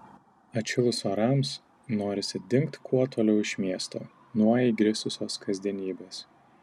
atšilus orams norisi dingt kuo toliau iš miesto nuo įgrisusios kasdienybės